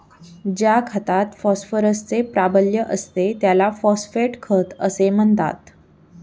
ज्या खतात फॉस्फरसचे प्राबल्य असते त्याला फॉस्फेट खत असे म्हणतात